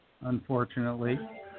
unfortunately